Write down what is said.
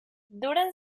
duran